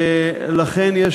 ולכן יש